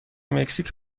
مکزیک